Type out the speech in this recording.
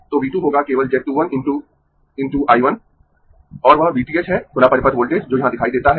तो V 2 होगा केवल Z 2 1 ×× I 1 और वह V t h है खुला परिपथ वोल्टेज जो यहां दिखाई देता है